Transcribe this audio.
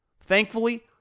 Thankfully